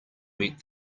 meet